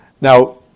Now